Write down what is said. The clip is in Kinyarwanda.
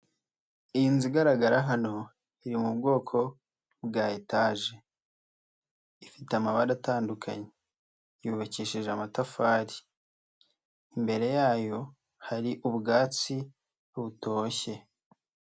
Iyi nzu igaragara hano iri mu bwoko bwa etaje, ifite amabara atandukanye yubakishije amatafari, imbere yayo hari ubwatsi butoshye.